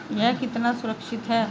यह कितना सुरक्षित है?